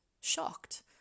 shocked